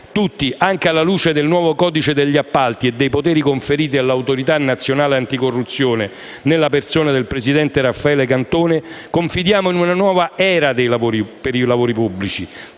Tutti, anche alla luce del nuovo codice degli appalti e dei poteri conferiti all'Autorità nazionale anticorruzione, nella persona del presidente Raffaele Cantone, confidiamo in una nuova era per i lavori pubblici,